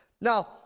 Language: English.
Now